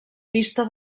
pista